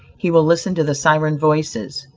he will listen to the siren voices.